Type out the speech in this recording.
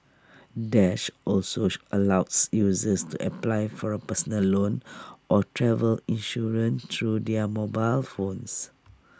dash also allows users to apply for A personal loan or travel insurance through their mobile phones